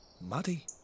muddy